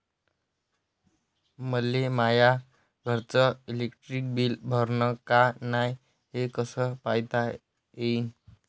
मले माया घरचं इलेक्ट्रिक बिल भरलं का नाय, हे कस पायता येईन?